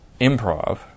improv